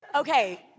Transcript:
Okay